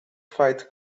fight